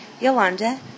Yolanda